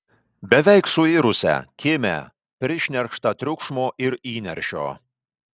beveik suirusią kimią prišnerkštą triukšmo ir įniršio